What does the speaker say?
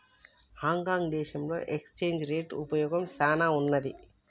Hong Kong దేశంలో exchange rate ఉపయోగం చానా ఉన్నాది